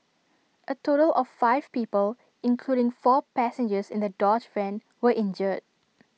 A total of five people including four passengers in the dodge van were injured